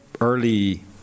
early